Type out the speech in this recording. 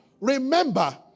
Remember